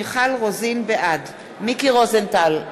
בעד מיקי רוזנטל,